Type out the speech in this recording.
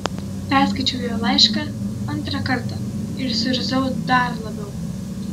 perskaičiau jo laišką antrą kartą ir suirzau dar labiau